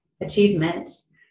achievements